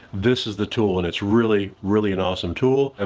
this is the tool. and it's really, really an awesome tool. and